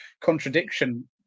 contradiction